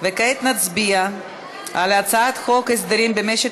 כעת נצביע על הצעת חוק הסדרים במשק